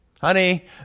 Honey